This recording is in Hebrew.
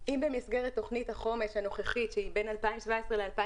במסגרת תוכנית החומש הנוכחית שהיא בין 2017 ל-2021